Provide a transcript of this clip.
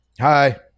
Hi